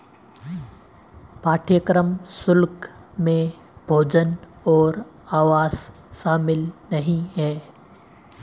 पाठ्यक्रम शुल्क में भोजन और आवास शामिल नहीं है